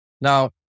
Now